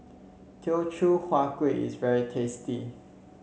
Teochew Huat Kueh is very tasty